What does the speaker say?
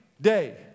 day